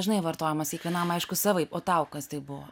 žinai vartojamas kiekvienam aišku savaip o tau kas tai buvo